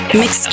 mix